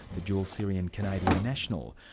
the dual syrian-canadian national,